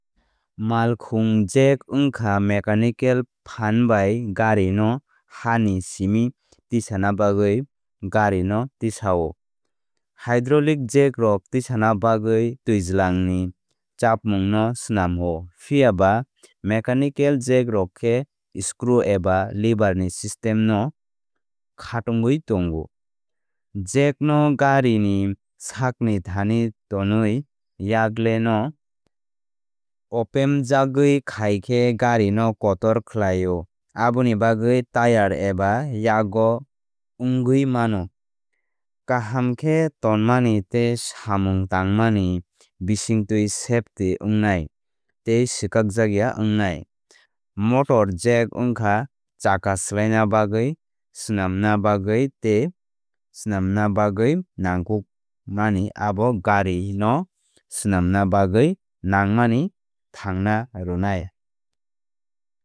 Mal khung jack wngkha mechanical phan bai gari no ha ni simi tisana bagwi gari no tisao. Hydrolic jack rok tisana bagwi twijlang ni chapmung no swnam o. Phiya ba mekanikal jack rok khe skru eba lever ni system no khatungwi tongo. Jack no gari ni sak ni thani tonwi yakle no opeamjokgui khai khe gari no kotor khlaio aboni bagwi tyre eba yago wngwi mano. Kaham khe tonmani tei samung tangmani bisingtwi kaham jaga wngnai tei swkakjakya wngnai. Motor jack wngkha chaka swlaina bagwi swnamna bagwi tei swnamna bagwi nangkukmani abo gari no swnamna bagwi nangmani thangna rwnai.